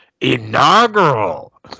inaugural